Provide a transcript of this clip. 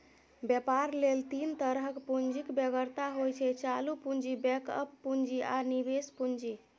बेपार लेल तीन तरहक पुंजीक बेगरता होइ छै चालु पुंजी, बैकअप पुंजी आ निबेश पुंजी